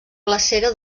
glacera